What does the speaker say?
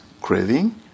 craving